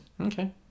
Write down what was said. okay